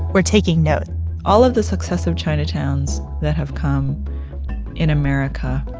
were taking note all of the success of chinatowns that have come in america,